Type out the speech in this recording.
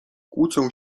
kłócą